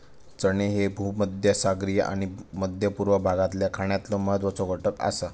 चणे ह्ये भूमध्यसागरीय आणि मध्य पूर्व भागातल्या खाण्यातलो महत्वाचो घटक आसा